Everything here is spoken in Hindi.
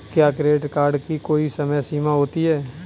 क्या क्रेडिट कार्ड की कोई समय सीमा होती है?